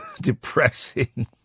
depressing